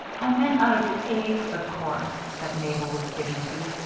i meant out of the eggs, of course, said mabel, with dignity.